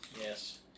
Yes